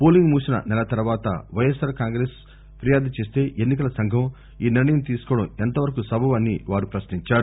polling ముగిసిన నెల తర్వాత వైఎస్సార్ కాంగ్రెస్ ఫిర్యాదు చేస్తే ఎన్నికల సంఘం ఈ నిర్ణయం తీసుకోవడం ఎంత వరకు సబబు అని వారి పశ్నించారు